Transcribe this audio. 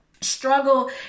struggle